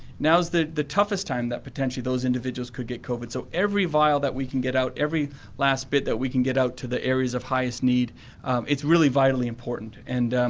now is the the toughest time that potentially those individuals could get covid. so every vial that we can get out, every last bit that we can get out to the areas of highest need it's really vitally important. and